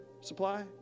supply